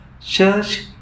church